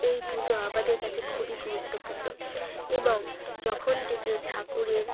এই পুজো আমাদের কাছে খুবই গুরুত্বপূর্ণ এবং যখন থেকে ঠাকুরের